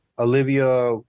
Olivia